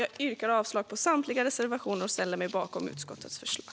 Jag yrkar avslag på samtliga reservationer och ställer mig bakom utskottets förslag.